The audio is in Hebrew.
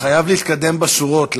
חייב להתקדם בשורות,